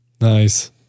nice